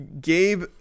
Gabe